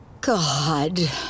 God